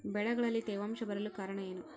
ಬೆಳೆಗಳಲ್ಲಿ ತೇವಾಂಶ ಬರಲು ಕಾರಣ ಏನು?